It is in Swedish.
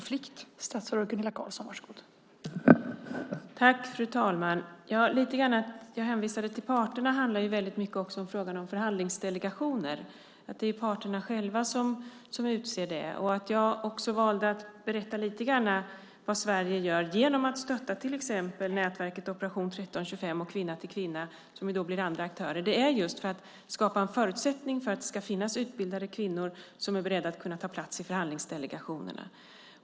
Fru talman! Att jag hänvisade till parterna handlar väldigt mycket om frågan om förhandlingsdelegationer. Det är parterna själva som utser dem. Jag valde att berätta lite grann om vad Sverige gör genom att stötta till exempel nätverket Operation 1325 och Kvinna till Kvinna, som då blir andra aktörer, för att skapa en förutsättning för att det ska finnas utbildade kvinnor som är beredda att ta plats i förhandlingsdelegationerna.